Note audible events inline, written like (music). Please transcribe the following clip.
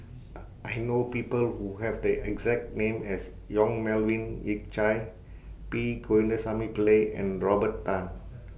(hesitation) I know People Who Have The exact name as Yong Melvin Yik Chye P Govindasamy Pillai and Robert Tan